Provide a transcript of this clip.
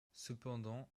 cependant